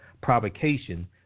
provocation